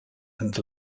and